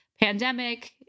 pandemic